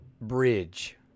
bridge